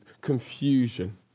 confusion